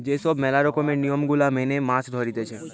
যে সব ম্যালা রকমের নিয়ম গুলা মেনে মাছ ধরতিছে